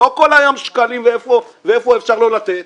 לא כל היום שקלים והיכן אפשר לא לתת.